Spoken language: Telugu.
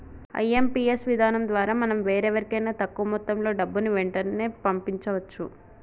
ఐ.ఎం.పీ.యస్ విధానం ద్వారా మనం వేరెవరికైనా తక్కువ మొత్తంలో డబ్బుని వెంటనే పంపించవచ్చు